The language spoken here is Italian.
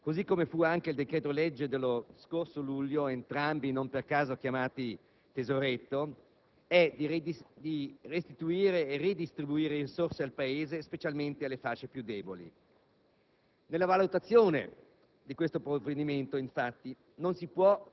L'obiettivo perseguito da questo Governo e con tale decreto, così come fu anche con il decreto-legge dello scorso luglio (entrambi non per caso chiamati "tesoretto"), è di restituire e redistribuire risorse al Paese, specialmente alle fasce più deboli.